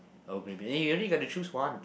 Earl Grey but then you only get to choose one